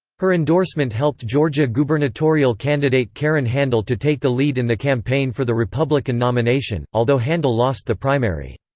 her endorsement helped georgia gubernatorial candidate karen handel to take the lead in the campaign for the republican nomination, although handel lost the primary.